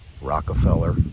Rockefeller